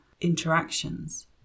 interactions